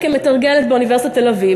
כמתרגלת באוניברסיטת תל-אביב,